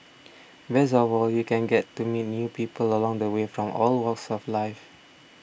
best of all you can get to meet new people along the way from all walks of life